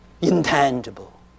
intangible